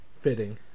fitting